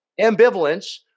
ambivalence